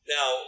Now